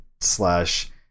slash